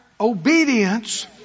obedience